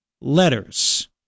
letters